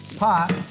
pot.